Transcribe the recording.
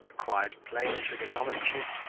acquired plane trigonometry,